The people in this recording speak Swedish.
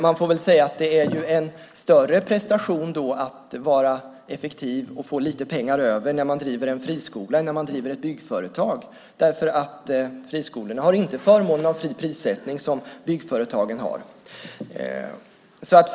Man får säga att det är en större prestation att vara effektiv och få lite pengar över när man driver en friskola än när man driver ett byggföretag eftersom friskolorna inte har förmånen av fri prissättning, vilket byggföretagen alltså har.